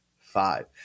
five